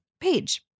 page